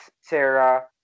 Sarah